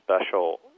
special